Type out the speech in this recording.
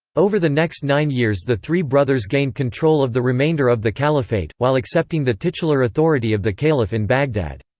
over the next nine years the three brothers gained control of the remainder of the caliphate, while accepting the titular authority of the caliph in baghdad.